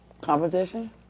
Competition